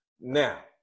Now